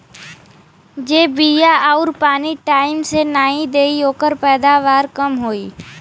जे बिया आउर पानी टाइम से नाई देई ओकर पैदावार कम होई